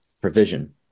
provision